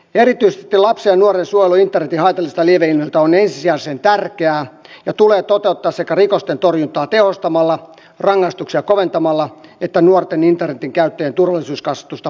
erityisesti lapsen ja nuoren suojelu internetin haitallisilta lieveilmiöiltä on ensisijaisen tärkeää ja tulee toteuttaa sekä rikosten torjuntaa tehostamalla rangaistuksia koventamalla että nuorten internetin käyttäjien turvallisuuskasvatusta parantamalla